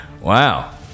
Wow